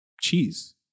Cheese